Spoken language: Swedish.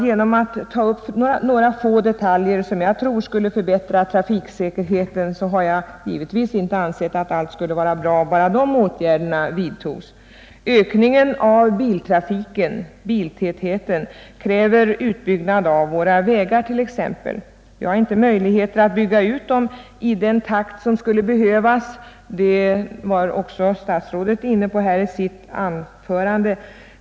Genom att ta upp några få detaljer som jag tror kan förbättra trafiksäkerheten har jag givetvis inte ansett att allt skulle vara bra bara dessa åtgärder vidtas. Ökningen av biltrafiken, biltätheten, kräver t.ex. utbyggnad av våra vägar. Vi har dock inte möjlighet att bygga ut dem i den takt som behövs — det var även herr statsrådet inne på i sitt anförande.